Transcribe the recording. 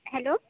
hello